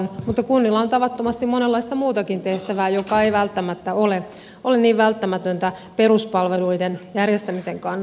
mutta kunnilla on tavattomasti monenlaista muutakin tehtävää joka ei välttämättä ole niin välttämätöntä peruspalveluiden järjestämisen kannalta